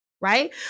right